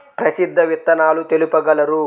ప్రసిద్ధ విత్తనాలు తెలుపగలరు?